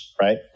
right